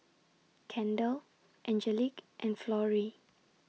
Kendell Angelique and Florie